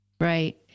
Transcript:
Right